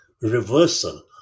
reversal